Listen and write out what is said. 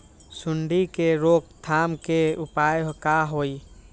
सूंडी के रोक थाम के उपाय का होई?